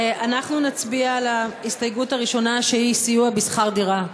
נצביע על ההסתייגות הראשונה, שהיא סיוע בשכר דירה.